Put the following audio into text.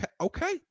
okay